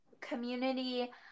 community